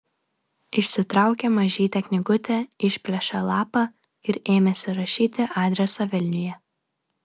išsitraukė mažytę knygutę išplėšė lapą ir ėmėsi rašyti adresą vilniuje